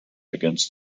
against